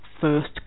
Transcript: first